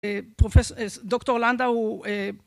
פרופסור, דוקטור לנדאו